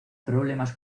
problemas